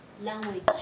language